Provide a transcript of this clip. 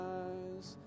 eyes